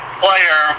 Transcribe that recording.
player